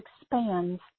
expands